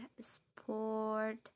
sport